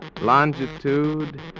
Longitude